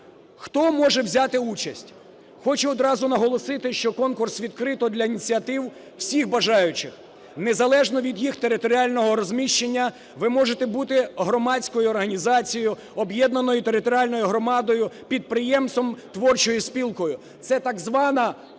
Хто може взяти участь? Хочу одразу наголосити, що конкурс відкрито для ініціатив всіх бажаючих, незалежно від їх територіального розміщення. Ви можете бути громадською організацією, об'єднаною територіальною громадою, підприємством, творчою спілкою. Це так звана, попри